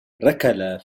ركل